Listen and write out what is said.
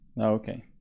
okay